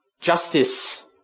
justice